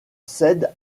cèdent